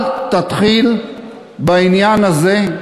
אל תתחיל בעניין הזה,